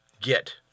get